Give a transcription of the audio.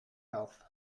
health